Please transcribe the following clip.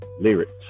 lyrics